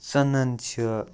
ژٕنَن چھِ